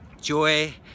Joy